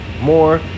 more